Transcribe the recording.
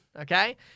okay